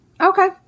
okay